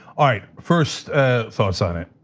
all right. first thoughts on it,